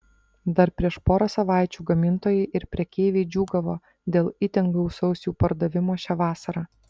dar prieš porą savaičių gamintojai ir prekeiviai džiūgavo dėl itin gausaus jų pardavimo šią vasarą